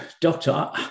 Doctor